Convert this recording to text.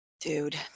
dude